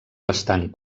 bastant